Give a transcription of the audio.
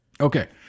Okay